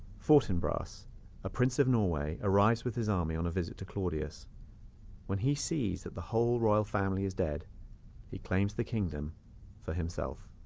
fortinbras a prince in norway arrives with his army on a visit to claudius when he sees that the whole royal family is dead he claims the kingdom for himself